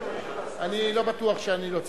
אני לא בטוח שאני לא צודק.